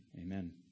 amen